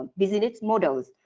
business models